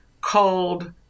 called